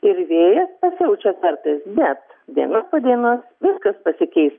ir vėjas pasiaučia kartais bet diena po dienos viskas pasikeis